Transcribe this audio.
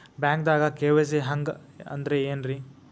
ಬ್ಯಾಂಕ್ದಾಗ ಕೆ.ವೈ.ಸಿ ಹಂಗ್ ಅಂದ್ರೆ ಏನ್ರೀ?